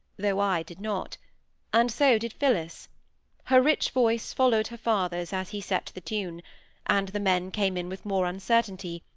though i did not and so did phillis her rich voice followed her father's as he set the tune and the men came in with more uncertainty,